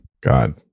God